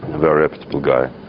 a very reputable guy.